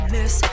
Miss